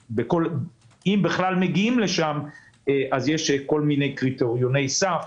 אם בכלל מגיעים לשם, יש כל מיני קריטריוני סף